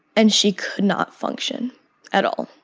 and she could not function at all.